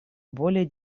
более